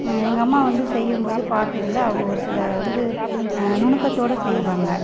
எங்கள் அம்மா வந்து செய்யும் போது பார்த்ததுல அவங்க ஒரு சில வந்து நுணுக்கத்தோடு செய்வாங்க